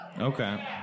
Okay